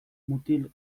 mutil